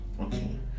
okay